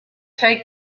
take